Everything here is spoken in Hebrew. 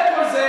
אחרי כל זה,